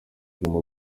guma